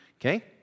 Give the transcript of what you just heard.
Okay